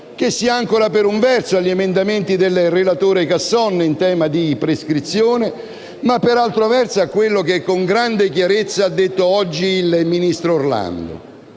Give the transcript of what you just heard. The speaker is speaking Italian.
che si ancora, per un verso, agli emendamenti del relatore Casson in tema di prescrizione ma, per altro verso, a quello che con grande chiarezza ha detto oggi il ministro Orlando,